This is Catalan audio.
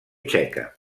txeca